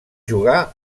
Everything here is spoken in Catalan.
jugar